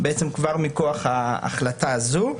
כבר מכוח ההחלטה הזאת.